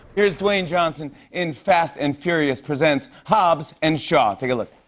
here's dwayne johnson in fast and furious presents hobbs and shaw. take a look.